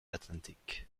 atlantic